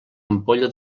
ampolla